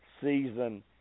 season